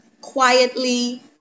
quietly